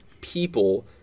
people